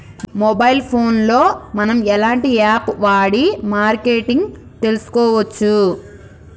Mobile phone లో మనం ఎలాంటి యాప్ వాడి మార్కెటింగ్ తెలుసుకోవచ్చు?